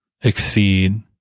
exceed